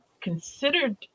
considered